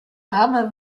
arme